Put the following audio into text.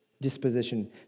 disposition